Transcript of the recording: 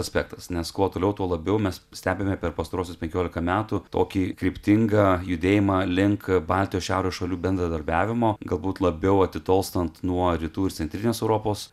aspektas nes kuo toliau tuo labiau mes stebime per pastaruosius penkiolika metų tokį kryptingą judėjimą link baltijos šiaurės šalių bendradarbiavimo galbūt labiau atitolstant nuo rytų ir centrinės europos